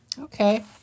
Okay